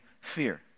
fear